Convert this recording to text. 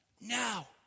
now